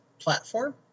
Platform